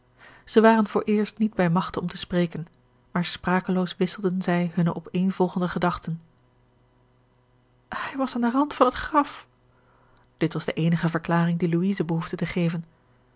zij waren vooreerst niet bij magte om te spreken maar sprakeloos wisselden zij hunne opeenvolgende gedachten hij was aan den rand van het graf dit was de eenige verklaring die louise behoefde te geven